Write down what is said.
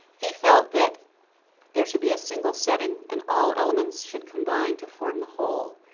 he felt that there should be a single setting and all elements should combine to form the whole.